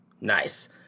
Nice